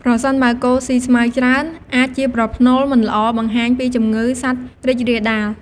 ប្រសិនបើគោស៊ី ស្មៅ ច្រើន អាចជាប្រផ្នូលមិនល្អ បង្ហាញពីជំងឺសត្វរីករាលដាល។